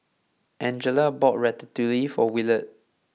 Angela bought Ratatouille for Williard